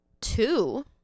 two